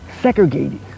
segregated